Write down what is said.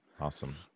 Awesome